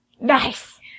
Nice